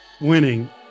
winning